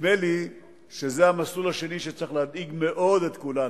נדמה לי שזה המסלול השני שצריך להדאיג מאוד את כולנו,